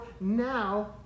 now